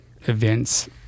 events